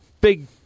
big